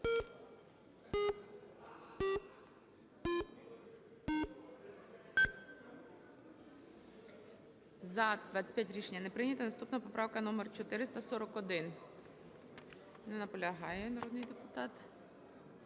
За-17 Рішення не прийнято. Наступна поправка номер 467. Не наполягає народний депутат.